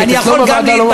אצלו בוועדה לא מפריעים.